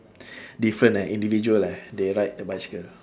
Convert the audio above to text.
different ah individual eh they ride the bicycle